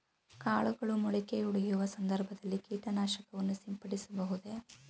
ಕಾಳುಗಳು ಮೊಳಕೆಯೊಡೆಯುವ ಸಂದರ್ಭದಲ್ಲಿ ಕೀಟನಾಶಕವನ್ನು ಸಿಂಪಡಿಸಬಹುದೇ?